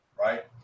right